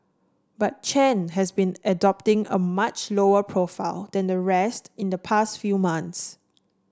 but Chen has been adopting a much lower profile than the rest in the past few months